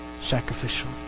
sacrificial